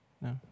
no